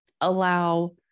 allow